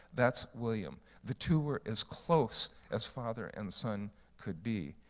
that's william. the two were as close as father and son could be,